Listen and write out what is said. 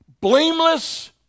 blameless